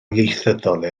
ieithyddol